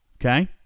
Okay